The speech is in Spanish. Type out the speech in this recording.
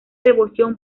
devoción